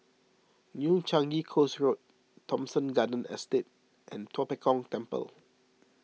New Changi Coast Road Thomson Garden Estate and Tua Pek Kong Temple